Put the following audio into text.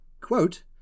quote